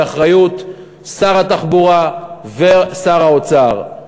היא באחריות שר התחבורה ושר האוצר.